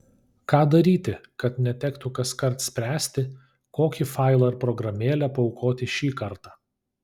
ką daryti kad netektų kaskart spręsti kokį failą ar programėlę paaukoti šį kartą